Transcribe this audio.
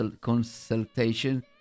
consultation